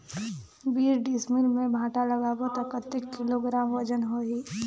बीस डिसमिल मे भांटा लगाबो ता कतेक किलोग्राम वजन होही?